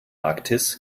arktis